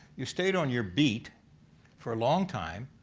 you stayed on your beat for a long time.